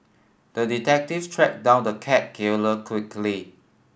the detective tracked down the cat killer quickly